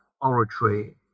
oratory